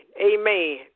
Amen